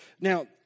now